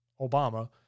Obama